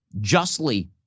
justly